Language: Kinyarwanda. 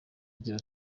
agira